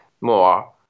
more